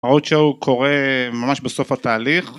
ה road show שהוא קורה ממש בסוף התהליך